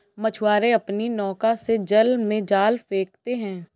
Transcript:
मछुआरे अपनी नौका से जल में जाल फेंकते हैं